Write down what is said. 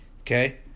Okay